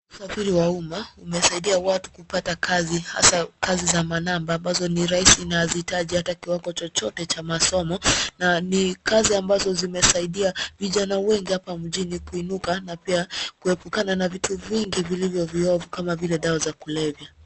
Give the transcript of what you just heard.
Usafiri wa umma ,umesaidia watu kupata kazi, hasa kazi za manamba ambazo ni rahisi na hazihitaji hata kiwango chochote cha masomo, na ni kazi ambazo zimesaidia ,vijana wengi hapa mjini kuinuka na pia kuepukana na viti vingi vilivyo viovu kama vile dawa za kulevya.